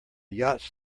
yacht